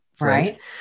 Right